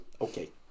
Okay